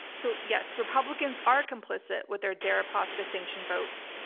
so yes, republicans are complicit with their deripaska sanction votes.